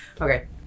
Okay